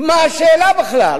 מה השאלה בכלל?